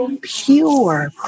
pure